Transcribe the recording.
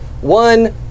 One